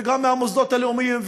וגם מהמוסדות הלאומיים,